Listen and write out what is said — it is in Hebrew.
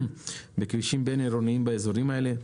וכבישים בין עירוניים באזורים האלה.